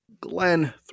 Glenn